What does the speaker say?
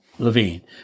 Levine